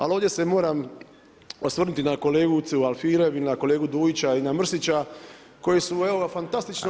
Ali ovdje se moram osvrnuti na kolegicu Alfirev i na kolegu Dujića i na Mrsića koji su fantastično